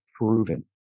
proven